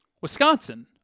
Wisconsin